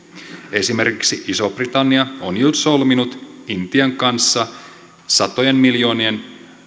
esimerkiksi iso britannia on jo solminut intian kanssa satojen miljoonien